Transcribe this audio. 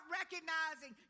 recognizing